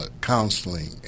counseling